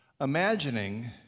imagining